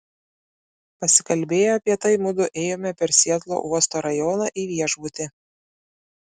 pasikalbėję apie tai mudu ėjome per sietlo uosto rajoną į viešbutį